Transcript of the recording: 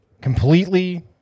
completely